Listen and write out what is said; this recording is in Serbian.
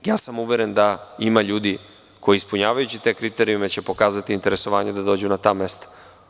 Uveren sam da ima ljudi koji ispunjavajući te kriterijume će pokazati interes da dođu na ta mesta.